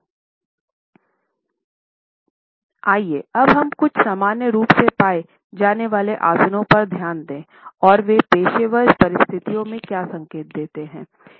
आइए हम कुछ सामान्य रूप से पाए जाने वाले आसनों पर ध्यान दें और वे पेशेवर परिस्थितियों में क्या संकेत देते हैं